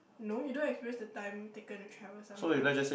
no you don't experience the time taken to travel somewhere else